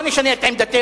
אבל לא נשנה את עמדתנו,